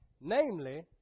Namely